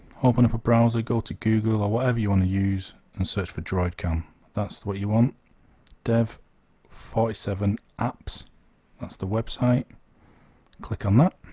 open up a browser go to google or whatever you want to use and search for droidcam that's what you want dev forty seven apps that's the website click on that